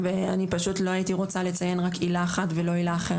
אני פשוט לא הייתי רוצה לציין רק עילה אחת ולא עילה אחרת.